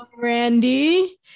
Randy